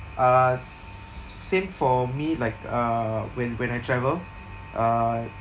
uh s~ same for me like uh when when I travel uh